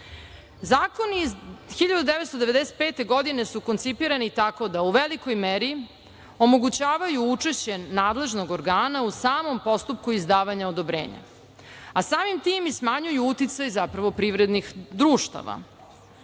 iz 1995. godine su koncipirati tako da u velikoj meri omogućavaju učešće nadležnog organa u samom postupku izdavanja odobrenja, a samim tim i smanjuju uticaj privrednih društava. Na